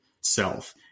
self